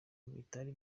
bitari